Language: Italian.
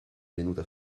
venuta